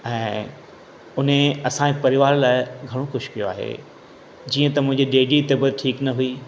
ऐं उन असांजे परिवार लाइ घणो कुझु कयो आहे जीअं त मुंहिंजी डेडीअ जी तबीअत ठीक न हुई